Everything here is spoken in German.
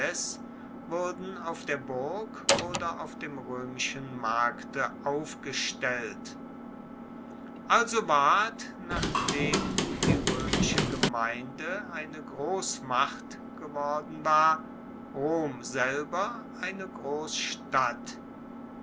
wurden auf der burg oder auf dem roemischen markte aufgestellt also ward nachdem die roemische gemeinde eine grossmacht geworden war rom selber eine grossstadt